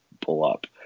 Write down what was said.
pull-up